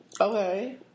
Okay